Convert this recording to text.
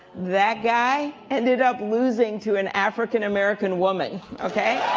that guy ended up losing to an african-american woman, okay?